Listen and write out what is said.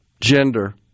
gender